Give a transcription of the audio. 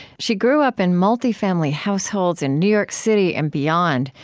she grew up in multi-family households in new york city and beyond.